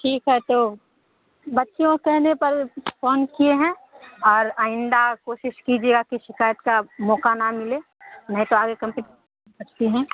ٹھیک ہے تو بچیوں کے کہنے پر فون کیے ہیں اور آئندہ کوشش کیجیے گا کہ شکایت کا موقع نہ ملے نہیں تو آگے کمپلین کر سکتے ہیں